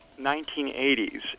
1980s